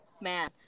man